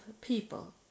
people